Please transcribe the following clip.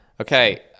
Okay